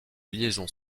liaison